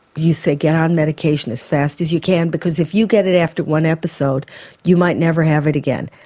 you say get on medication as fast as you can, because if you get it after one episode you might never have it again.